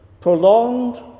prolonged